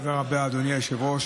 תודה רבה, אדוני היושב-ראש.